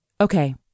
Okay